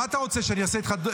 מה אתה רוצה שאני אעשה איתך?